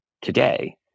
today